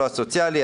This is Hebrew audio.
לא הסוציאלי,